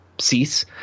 cease